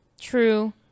True